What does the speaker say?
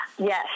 Yes